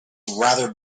rather